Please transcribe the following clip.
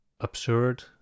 absurd